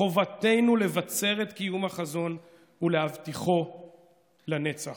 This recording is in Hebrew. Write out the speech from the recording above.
חובתנו לבצר את קיום החזון ולהבטיחו לנצח.